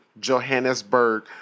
Johannesburg